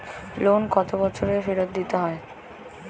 Loan কত বছরে ফেরত দিতে হয়?